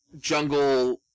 jungle